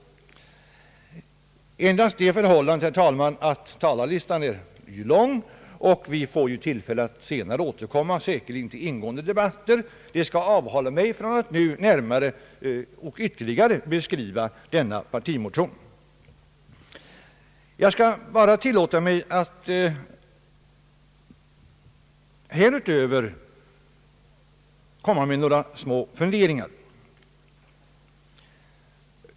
Endast det förhållandet, herr talman, att talarlistan är lång och att vi senare säkerligen får tillfälle att återkomma till ingående debatter skall avhålla mig från att nu närmare och ytterligare beskriva denna partimotion. Jag skall bara tillåta mig att härutöver komma med några små funderingar.